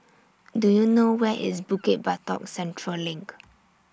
Do YOU know Where IS Bukit Batok Central LINK